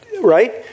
right